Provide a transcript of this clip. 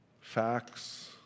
facts